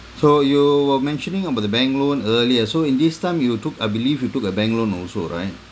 so you were mentioning about the bank loan earlier so in this time you took I believe you took a bank loan also right